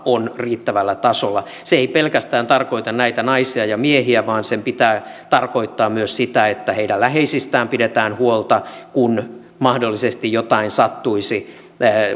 on riittävällä tasolla se ei pelkästään tarkoita näitä naisia ja miehiä vaan sen pitää tarkoittaa myös sitä että heidän läheisistään pidetään huolta jos mahdollisesti jotain sattuisi